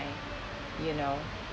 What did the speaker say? you know